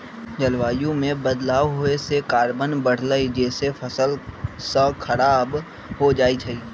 जलवायु में बदलाव होए से कार्बन बढ़लई जेसे फसल स खराब हो जाई छई